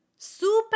Super